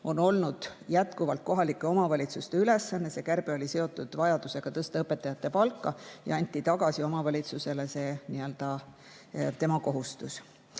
on olnud jätkuvalt kohalike omavalitsuste ülesanne. See kärbe oli seotud vajadusega tõsta õpetajate palka ja omavalitsusele nii-öelda anti tema kohustus